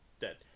Dead